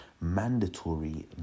mandatory